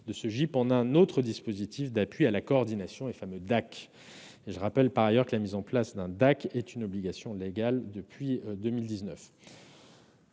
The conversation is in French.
le GIP en un DAC, un dispositif d'appui à la coordination. Je rappelle d'ailleurs que la mise en place d'un DAC est une obligation légale depuis 2019.